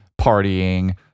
partying